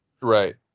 right